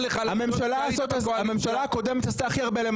הממשלה הקודמת עשתה הכי הרבה בתולדות